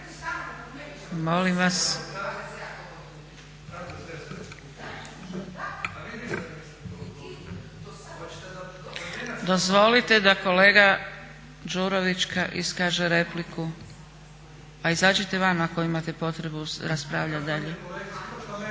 Molim vas! Dozvolite da kolega Đurović iskaže repliku, a izađite van ako imate potrebu raspravljati dalje.